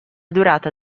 durata